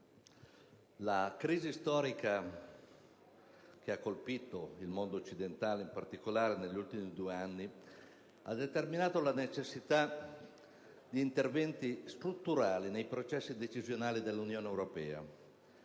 la crisi storica che ha colpito il mondo occidentale, in particolare negli ultimi due anni, ha determinato la necessità di interventi strutturali nei processi decisionali dell'Unione europea.